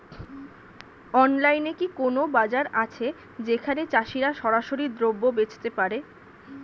অনলাইনে কোনো বাজার আছে যেখানে চাষিরা সরাসরি দ্রব্য বেচতে পারে?